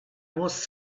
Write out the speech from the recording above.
was